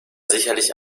sicherlich